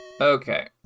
Okay